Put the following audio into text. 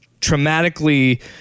traumatically